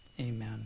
amen